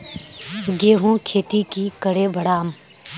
गेंहू खेती की करे बढ़ाम?